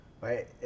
Right